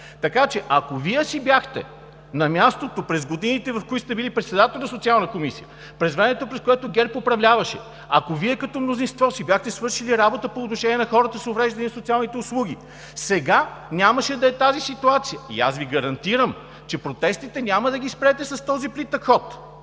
Така че, ако Вие си бяхте на мястото през годините, в които сте били председател на Социалната комисия, през времето, през което ГЕРБ управляваше, ако Вие като мнозинство си бяхте свършили работата по отношение на хората с увреждания и социалните услуги, сега нямаше да е тази ситуация. И аз Ви гарантирам, че протестите няма да ги спрете с този плитък ход.